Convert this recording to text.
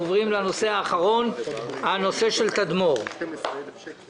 הישיבה ננעלה בשעה 13:15. הכנסת יושב-ראש ועדת הכספים בס"ד,